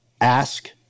ask